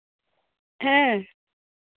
hello